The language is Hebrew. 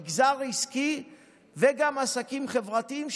מגזר עסקי וגם עסקים חברתיים,